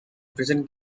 prison